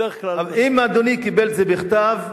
אם אדוני קיבל את זה בכתב,